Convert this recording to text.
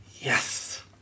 Yes